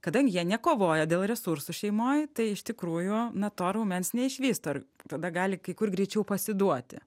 kadangi jie nekovoja dėl resursų šeimoj tai iš tikrųjų na to raumens neišvysto ir tada gali kai kur greičiau pasiduoti